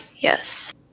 yes